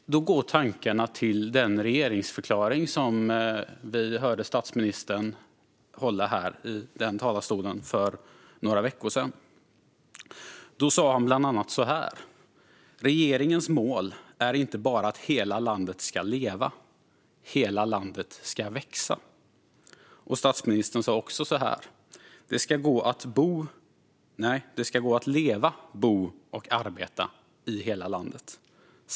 Då går tankarna till den regeringsförklaring som vi hörde statsministern ge här i talarstolen för några veckor sedan. Han sa bland annat så här: Regeringens mål är inte bara att hela landet ska leva. Hela landet ska växa. Statsministern sa också: Det ska gå att leva, bo och arbeta i hela landet.